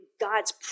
God's